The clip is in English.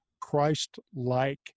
Christ-like